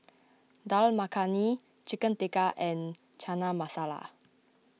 Dal Makhani Chicken Tikka and Chana Masala